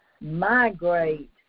migrate